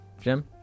Jim